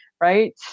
right